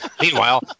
Meanwhile